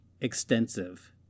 extensive